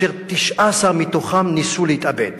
ו-19 מתוכם ניסו להתאבד